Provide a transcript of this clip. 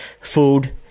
food